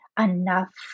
enough